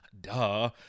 Duh